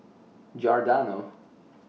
Giordano